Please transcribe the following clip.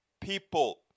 people